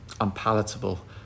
unpalatable